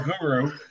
guru